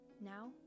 Now